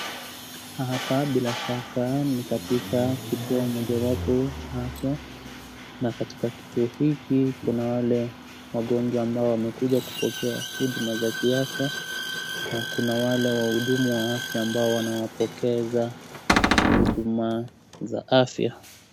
Hapa bila shaka ni katika kituo mojawapo cha afya, na katika kituo hiki kuna wale wagonjwa ambao wamekuja kupokea huduma za kiafya, na kuna wale wahudumu wa afya ambao wanawapokeza huduma za afya.